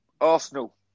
Arsenal